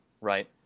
Right